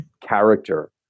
character